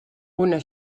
una